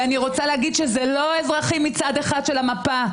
וזה לא אזרחים מצד אחד של המפה.